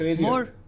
more